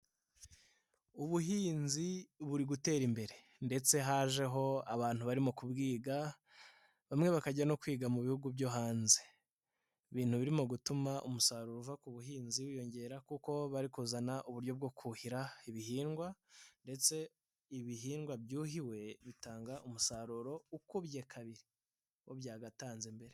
Ubuhinzi buri gutera imbere ndetse hajeho abantu barimo kubwiga bamwe bakajya no kwiga mu bihugu byo hanze, ibintu birimo gutuma umusaruro uva ku buhinzi wiyongera kuko bari kuzana uburyo bwo kuhira ibihingwa ndetse ibihingwa byuhiwe bitanga umusaruro ukubye kabiri uwo byagatanze mbere.